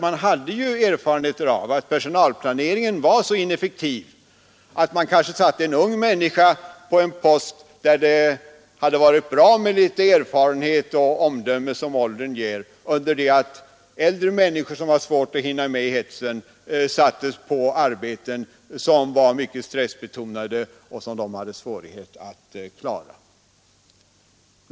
Man hade ju erfarenheter av att personalplaneringen var så ineffektiv; man satte kanske en ung människa på en post där det hade varit bra med något av den erfarenhet som åldern ger, under det att man satte äldre människor, som hade svårt att hinna med i hetsen, på arbeten som var mycket stressbetonade och som de även hade svårighet att klara.